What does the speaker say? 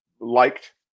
liked